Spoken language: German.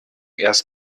erst